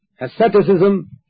asceticism